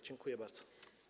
Dziękuję bardzo.